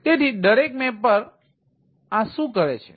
તેથી દરેક મેપર આ શું કરે છે